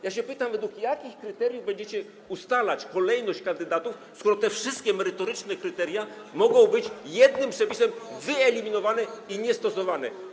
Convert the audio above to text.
Ja się pytam, według jakich kryteriów będziecie ustalać kolejność kandydatów, skoro te wszystkie merytoryczne kryteria mogą być jednym przepisem wyeliminowane i niestosowane.